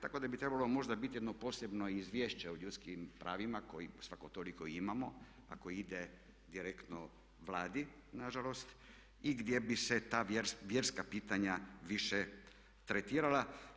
Tako da bi trebalo možda biti jedno posebno izvješće o ljudskim pravima koje svako toliko i imamo a koje ide direktno Vladi nažalost i gdje bi se ta vjerska pitanja više tretirala.